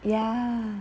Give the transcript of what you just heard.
ya